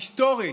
היסטורית,